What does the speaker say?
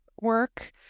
work